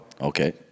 Okay